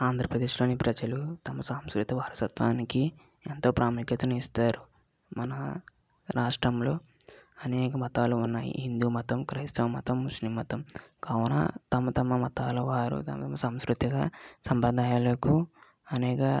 ఆంధ్రప్రదేశ్లోని ప్రజలు తన సంస్కృతిక వారసత్వానికి ఎంతో ప్రాముఖ్యతను ఇస్తారు మన రాష్ట్రంలో అనేక మతాలు ఉన్నాయి హిందూ మతం క్రైస్తవ మతం ముస్లిం మతం కావున తమ తమ మతాలవారు తమ సంస్కృతిక సంప్రదాయాలకు అనేక